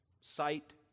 sight